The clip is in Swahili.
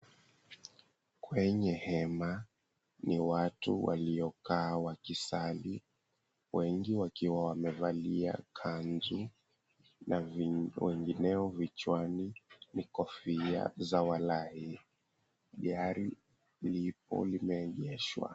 Kwenye hema ni watu waliokaa wakisali wengi wakiwa wamevalia kanzu na wengineo vichwani ni kofia za wallahi, gari lipo limeegeshwa.